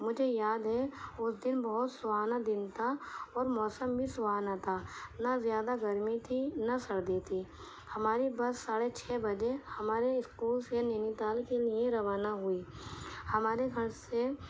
مجھے یاد ہے اس دن بہت سہانا دن تھا اور موسم بھی سہانا تھا نہ زیادہ گرمی تھی نہ سردی تھی ہماری بس ساڑھے چھ بجے ہمارے اسکول سے نینی تال کے لیے روانہ ہوئی ہمارے گھر سے